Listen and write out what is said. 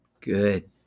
Good